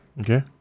Okay